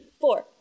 four